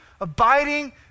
abiding